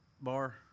bar